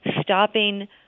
stopping